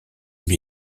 une